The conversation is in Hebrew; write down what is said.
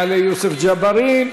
יעלה יוסף ג'בארין,